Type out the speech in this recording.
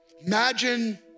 Imagine